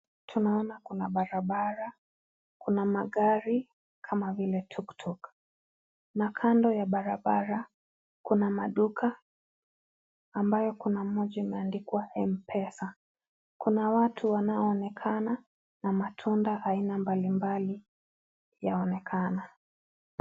Tunaona kuna barabara kuna magari kama vile tuktuk na kando ya barabara, kuna maduka ambayo kuna moja imeandikwa Mpesa kuna watu wanoonekana na matunda aina mbalimbali yaonekana.